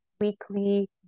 weekly